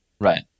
Right